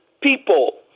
People